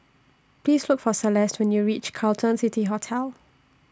Please Look For Celeste when YOU REACH Carlton City Hotel